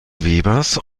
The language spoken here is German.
webers